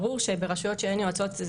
ברור שברשויות שאין יועצות,